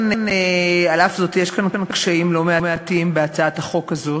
על אף זאת, יש קשיים לא מעטים בהצעת החוק הזאת,